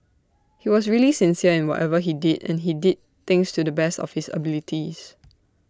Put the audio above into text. he was really sincere in whatever he did and he did things to the best of his abilities